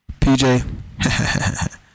PJ